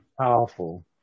powerful